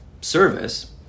service